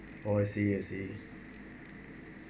oh I see I see